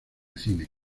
cine